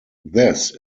this